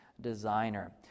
designer